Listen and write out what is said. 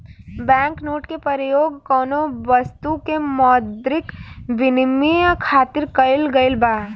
bank note के परयोग कौनो बस्तु के मौद्रिक बिनिमय खातिर कईल गइल बा